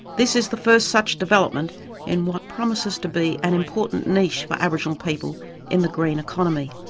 this is the first such development in what promises to be an important niche for aboriginal people in the green economy.